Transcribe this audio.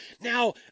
now